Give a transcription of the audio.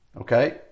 Okay